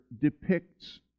depicts